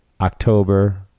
October